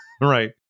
Right